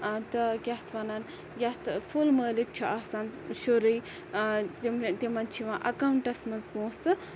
تہٕ کیاہ اَتھ وَنان یَتھ فُل مٲلِک چھُ آسان شُرُے تِم تِمَن چھِ یِوان اَکونٹَس مَنٛز پونسہٕ